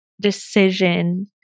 decision